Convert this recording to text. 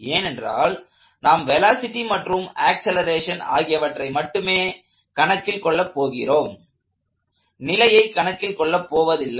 ஏனென்றால் நாம் வெலாசிட்டி மற்றும் ஆக்ஸலரேஷன் ஆகியவற்றை மட்டுமே கணக்கில் கொள்ளப் போகிறோம் நிலையைக் கணக்கில் கொள்ளப் போவதில்லை